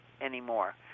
anymore